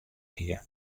hie